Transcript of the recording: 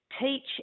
teach